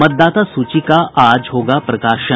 मतदाता सूची का आज होगा प्रकाशन